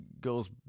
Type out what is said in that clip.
goes